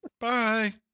Bye